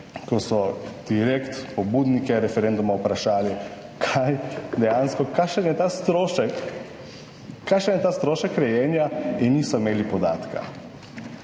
ko so direkt pobudnike referenduma vprašali, kaj dejansko, kakšen je ta strošek, kakšen je ta strošek rejenja in niso imeli podatka.